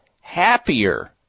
happier